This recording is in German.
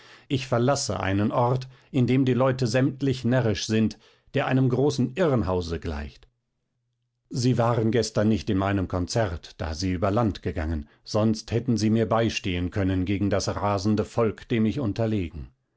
ich verlasse einen ort in dem die leute sämtlich närrisch sind der einem großen irrenhause gleicht sie waren gestern nicht in meinem konzert da sie über land gegangen sonst hätten sie mir beistehen können gegen das rasende volk dem ich unterlegen